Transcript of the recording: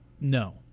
No